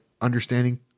understanding